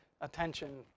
attention